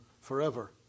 forever